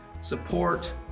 support